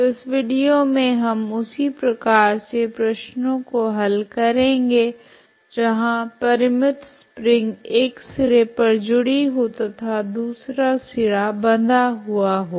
तो इस विडियो मे हम उसी प्रकार के प्रश्नो को हल करेगे जहां परिमित स्प्रिंग एक सिरे पर जुड़ी हो तथा दूसरा सिरा बंधा हुआ हो